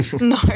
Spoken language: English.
No